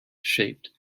shaped